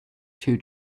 two